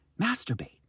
masturbate